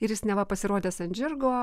ir jis neva pasirodęs ant žirgo